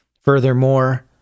Furthermore